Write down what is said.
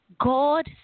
God